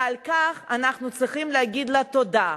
ועל כך אנחנו צריכים להגיד לה תודה.